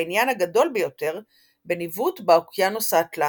והעניין הגדול ביותר בניווט באוקיינוס האטלנטי.